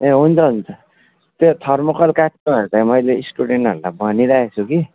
ए हुन्छ हुन्छ त्यो थर्मोकल काट्नहेरू चाहिँ मैले स्टुडेन्टहरूलाई भनिरहेको छु कि